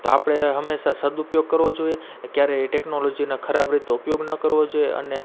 તો આપણે હંમેશા સદુપયોગ કરવો જોઈએ ક્યારેય એ ટેકનોલોજીનો ખરાબ રીતે ઉપયોગ ન કરવો જોએ અને